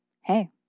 hey